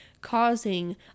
causing